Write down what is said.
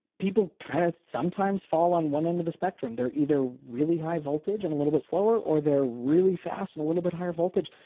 people kind of sometimes fall on one end of the spectrum. they're either really high voltage and a little bit slower or they're really fast and a little bit higher voltage.